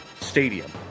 Stadium